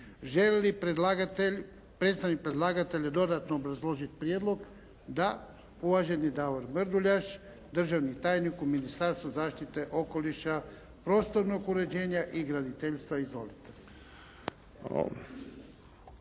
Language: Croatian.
li predlagatelj, predstavnik predlagatelja dodatno obrazložiti prijedlog? Da. Uvaženi Davor Mrduljaš, državni tajnik u Ministarstvu zaštite okoliša, prostornog uređenja i graditeljstva. Izvolite.